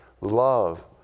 love